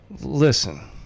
listen